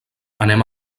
anem